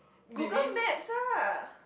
Google maps ah